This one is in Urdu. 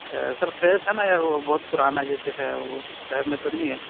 سر فریس ہے نا یا وہ بہت پرانا جیسے ہے اس ٹائپ میں تو نہیں ہے